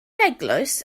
eglwys